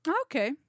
Okay